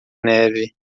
neve